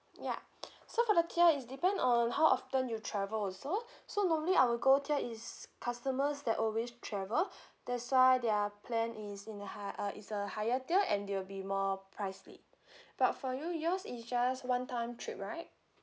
ya so for the tier is depend on how often you travel also so normally our gold tier is customers that always travel that's why their plan is in the hi~ uh is a higher tier and they will be more pricely but for you yours is just one time trip right